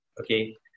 okay